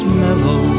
mellow